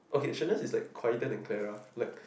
okay shouldn't is like quieten and Clara like